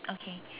okay